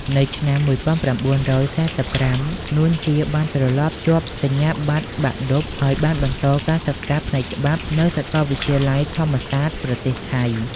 នៅឆ្នាំ១៩៤៥ នួន ជា បានប្រឡងជាប់សញ្ញាប័ត្របាក់ឌុប ហើយបានបន្តការសិក្សាផ្នែកច្បាប់ នៅសាកលវិទ្យាល័យធម្មសាត ប្រទេសថៃ។